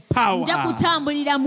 power